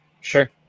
Sure